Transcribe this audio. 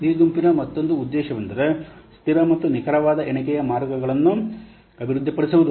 ಈ ಗುಂಪಿನ ಮತ್ತೊಂದು ಉದ್ದೇಶವೆಂದರೆ ಸ್ಥಿರ ಮತ್ತು ನಿಖರವಾದ ಎಣಿಕೆಯ ಮಾರ್ಗಸೂಚಿಗಳನ್ನು ಅಭಿವೃದ್ಧಿಪಡಿಸುವುದು